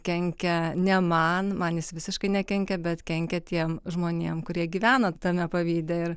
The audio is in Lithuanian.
kenkia ne man man jis visiškai nekenkia bet kenkia tiem žmonėm kurie gyvena tame pavyde ir